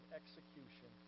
execution